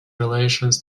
relations